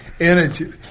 energy